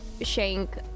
shank